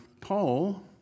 Paul